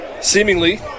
Seemingly